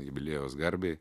jubiliejaus garbei